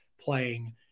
playing